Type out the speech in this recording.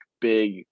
big